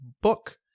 book